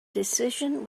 decision